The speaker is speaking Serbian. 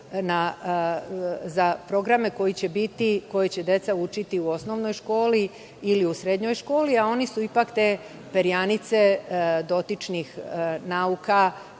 u programe koje će deca učiti u osnovnoj školi ili u srednjoj školi, a oni su ipak te perjanice dotičnih nauka,